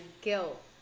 guilt